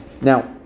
now